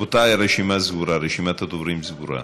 רבותי, רשימת הדוברים סגורה.